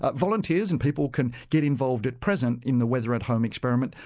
ah volunteers and people can get involved at present in the weatherathome experiment,